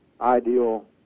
ideal